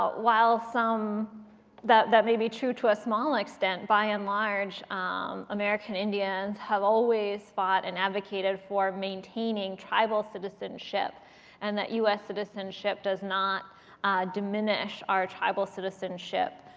ah while that that may be true to a small extent, by and large um american indians have always fought and advocated for maintaining tribal citizenship and that us citizenship does not diminish our tribal citizenship.